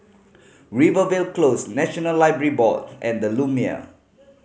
Rivervale Close National Library Board and The Lumiere